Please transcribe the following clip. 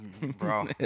Bro